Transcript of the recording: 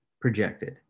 projected